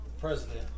president